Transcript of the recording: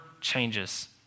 changes